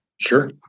Sure